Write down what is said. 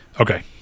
Okay